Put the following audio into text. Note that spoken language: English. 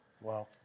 Wow